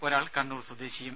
ഒരാൾ കണ്ണൂർ സ്വദേശിയും